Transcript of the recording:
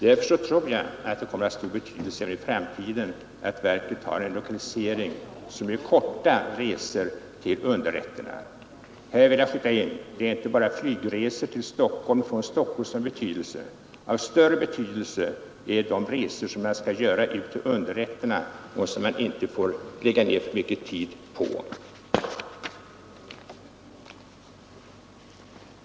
Därför tror jag att det kommer att ha stor betydelse i framtiden att verket har en lokalisering som innebär korta resor till underrätterna och andra lokala myndigheter. Här vill jag skjuta in att flygresor till och från Stockholm, som i debatten ofta omnämnes, är av begränsad betydelse. Av större vikt är de resor som skall göras ut till underrätterna och som inte får ta för mycket tid i anspråk.